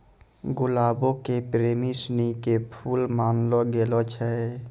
गुलाबो के प्रेमी सिनी के फुल मानलो गेलो छै